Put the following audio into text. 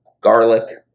garlic